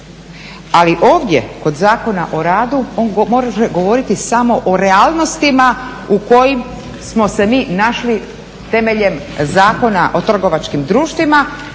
Ali ovdje kod Zakona o radu on može govoriti samo o realnostima u kojima smo se mi našli temeljem Zakona o trgovačkim društvima